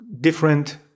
Different